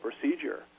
procedure